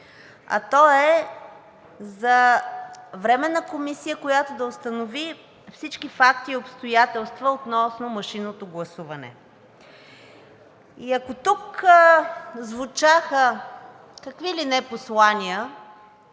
а той е за Временна комисия, която да установи всички факти и обстоятелства относно машинното гласуване. Ако тук звучаха какви ли не послания